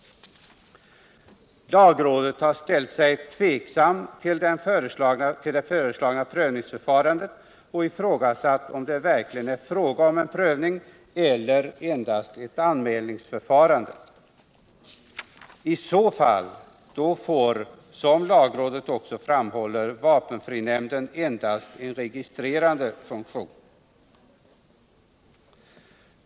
Lagrådet har ställt sig tveksamt till det föreslagna prövningsförfarandet och ifrågasatt om det verkligen är fråga om en prövning eller om det endast är ett anmälningsförfarande. I det senare fallet skulle, som lagrådet framhåller, vapenfrinämnden få endast en registrerande funktion.